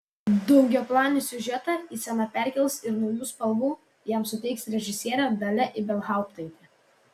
daugiaplanį siužetą į sceną perkels ir naujų spalvų jam suteiks režisierė dalia ibelhauptaitė